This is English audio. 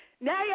now